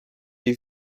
die